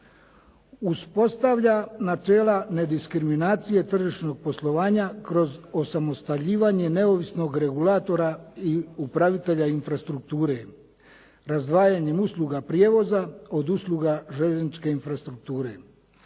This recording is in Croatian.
Uspostavlja načela nediskriminacije tržišnog poslovanja kroz osamostaljivanje neovisnog regulatora i upravitelja infrastrukture, razdvajanjem usluga prijevoza od usluga željezničke infrastrukture.